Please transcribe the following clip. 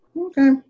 okay